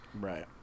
right